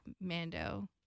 Mando